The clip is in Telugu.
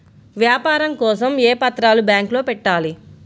వ్యాపారం కోసం ఏ పత్రాలు బ్యాంక్లో పెట్టాలి?